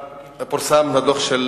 פורסם הדוח של